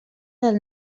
del